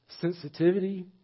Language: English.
sensitivity